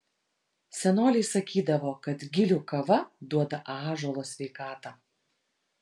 senoliai sakydavo kad gilių kava duoda ąžuolo sveikatą